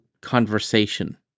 conversation